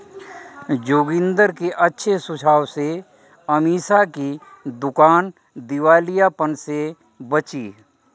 जोगिंदर के अच्छे सुझाव से अमीषा की दुकान दिवालियापन से बची